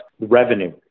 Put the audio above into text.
revenue